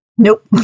Nope